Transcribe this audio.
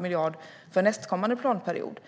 miljard för nästkommande planperiod.